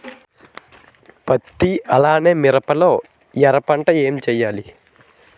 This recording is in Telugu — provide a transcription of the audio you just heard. పత్తి అలానే మిరప లో ఎర పంట ఏం వేయాలి?